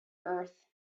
earth